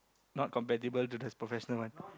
not compatible to the professional one